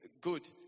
good